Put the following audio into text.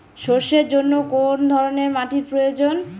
সরষের জন্য কোন ধরনের মাটির প্রয়োজন?